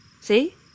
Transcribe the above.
See